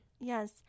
Yes